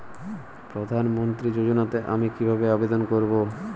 প্রধান মন্ত্রী যোজনাতে আমি কিভাবে আবেদন করবো?